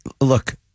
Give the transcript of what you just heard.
Look